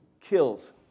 kills